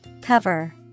Cover